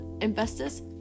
investors